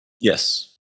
Yes